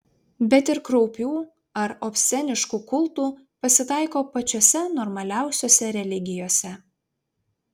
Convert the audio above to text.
bet ir kraupių ar obsceniškų kultų pasitaiko pačiose normaliausiose religijose